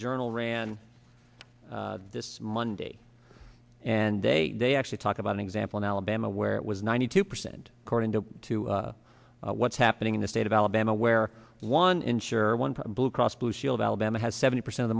journal ran this monday and they actually talk about an example in alabama where it was ninety two percent according to two what's happening in the state of alabama where one insurer one blue cross blue shield alabama has seventy percent